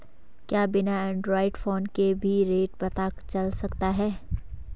क्या बिना Android phone के भी रेट पता चल सकता है?